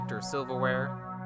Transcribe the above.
silverware